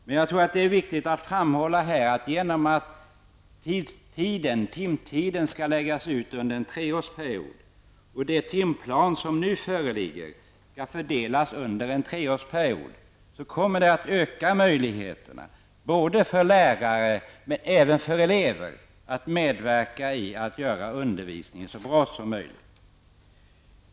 Det är viktigt att framhålla att timtiden skall läggas ut under en treårsperiod, och den timplan som nu föreligger skall fördelas under en treårsperiod. Det kommer att öka möjligheterna för lärare men även för elever att medverka till att göra undervisningen så bra som möjligt.